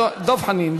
דב חנין,